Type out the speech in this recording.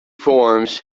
forms